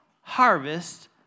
harvest